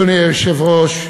אדוני היושב-ראש,